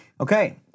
Okay